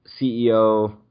CEO